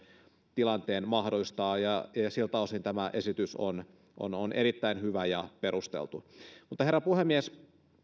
tilanteen mahdollistaa siltä osin tämä esitys on on erittäin hyvä ja perusteltu herra puhemies